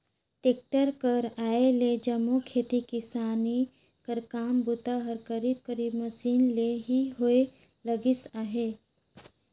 tractor कर आए ले जम्मो खेती किसानी कर काम बूता हर करीब करीब मसीन ले ही होए लगिस अहे